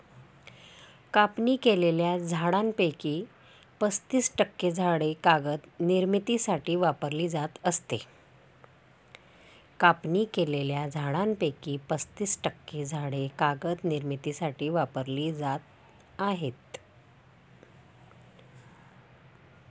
कापणी केलेल्या झाडांपैकी पस्तीस टक्के झाडे कागद निर्मितीसाठी वापरली जात आहेत